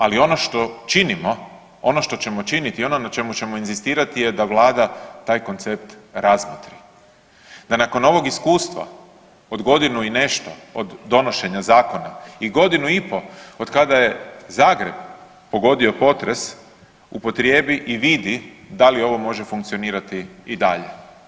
Ali ono što činimo, ono što ćemo činiti i ono na čemu ćemo inzistirati je da vlada taj koncept razmotri, da nakon ovog iskustva od godinu i nešto od donošenja zakona i godinu i po od kada je Zagreb pogodio potres upotrijebi i vidi da li ovo može funkcionirati i dalje.